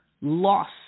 loss